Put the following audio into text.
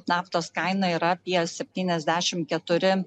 naftos kaina yra apie septyniasdešimt keturi